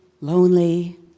lonely